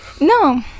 No